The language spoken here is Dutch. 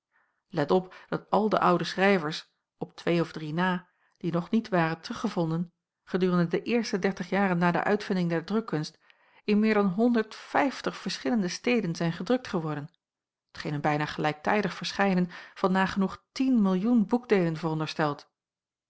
let op dat al de oude schrijvers op twee of drie na die nog niet waren teruggevonden gedurende de eerste dertig jaren na de uitvinding der drukkunst in meer dan verschillende steden zijn gedrukt geworden t geen een bijna gelijktijdig verschijnen van nagenoeg tien millioen boekdeelen veronderstelt